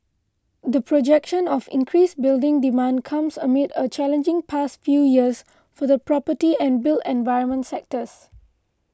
the projection of increased building demand comes amid a challenging past few years for the property and built environment sectors